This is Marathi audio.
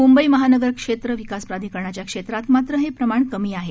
मुंबई महानगर क्षेत्र विकास प्राधिकरणाच्या क्षेत्रात मात्र हे प्रमाण कमी आहे